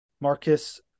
Marcus